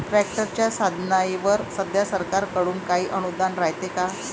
ट्रॅक्टरच्या साधनाईवर सध्या सरकार कडून काही अनुदान रायते का?